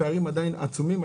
הפערים עדיין עצומים.